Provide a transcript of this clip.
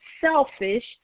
selfish